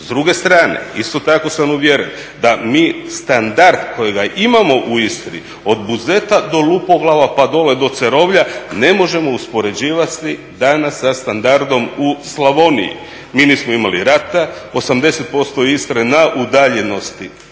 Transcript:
S druge strane isto tako sam uvjeren da mi standard kojega imamo u Istri od Buzeta do Lupoglava pa dolje do Cerovlja ne možemo uspoređivati danas sa standardom u Slavoniji. Mi nismo imali rata, 80% Istre na udaljenosti